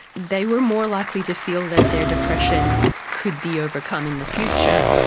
they were more likely to feel that their depression could be overcome in the future,